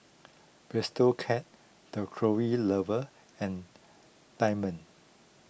Bistro Cat the Closet Lover and Diamond